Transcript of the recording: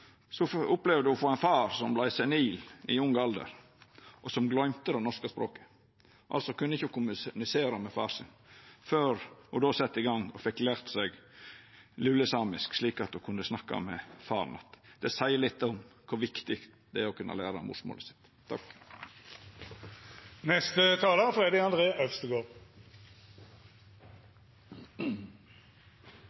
å få ein far som vart senil i ung alder, og som gløymde det norske språket. Då kunne ho ikkje kommunisera med faren sin før ho sette i gang og lærte seg lulesamisk, slik at ho kunne snakka med faren att. Det seier litt om kor viktig det er å kunna læra morsmålet sitt.